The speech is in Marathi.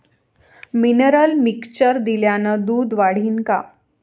मिनरल मिक्चर दिल्यानं दूध वाढीनं का?